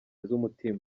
z’umutima